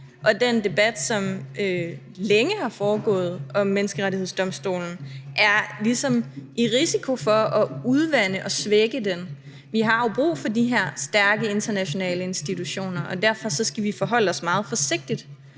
og den debat, som længe har foregået, om Menneskerettighedsdomstolen, ligesom er i risiko for at udvande og svække den. Vi har jo brug for de her stærke internationale institutioner, og derfor skal vi forholde os meget forsigtigt